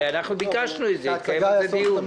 הרי אנחנו ביקשנו את זה, התקיים על זה דיון.